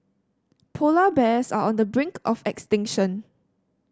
polar bears are on the brink of extinction